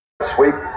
sweep